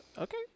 Okay